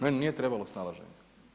Meni nije trebalo snalaženje.